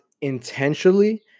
intentionally